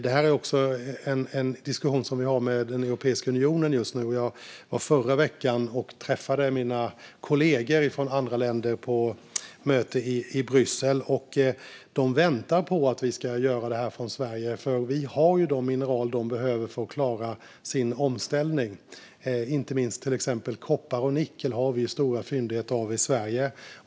Vi för nu en diskussion med Europeiska unionen. I förra veckan träffade jag mina kollegor från andra länder på ett möte i Bryssel. De väntar på att vi ska göra detta i Sverige. Vi har de mineral de behöver för att klara sin omställning. Det finns stora fyndigheter av inte minst koppar och nickel i Sverige.